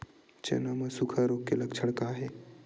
चना म सुखा रोग के लक्षण का हे?